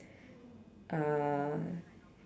uh